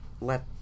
let